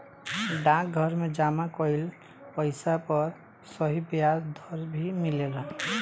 डाकघर में जमा कइल पइसा पर सही ब्याज दर भी मिलेला